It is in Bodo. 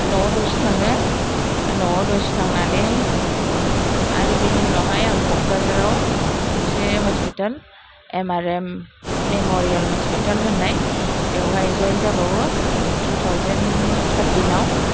न'आव दसे थाङो न'आव दसे थांनानै आरो बेनि उनावहाय आं क'क्राझाराव मोनसे hospital M R M memorial hospital होननाय बेवहाय जयेन जाबावो टु थाउजेन्ड थारथिनआव